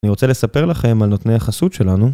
אני רוצה לספר לכם על נותני החסות שלנו